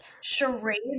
charades